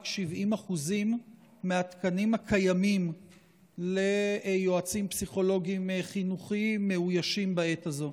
70% מהתקנים הקיימים ליועצים פסיכולוגיים-חינוכיים מאוישים בעת הזאת?